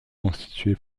constitué